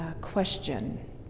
question